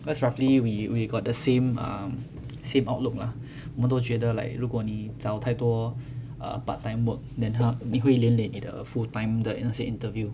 first roughly we we we got the same um same outlook lah 我们都觉得 like 如果你找太多 err part time work then 他会连累你的 full time 的那些 interview